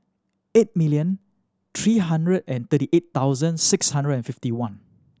eight million three hundred and thirty eight thousand six hundred and fifty one